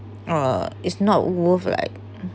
uh it's not worth right